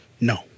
No